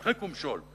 הדחק ומשול.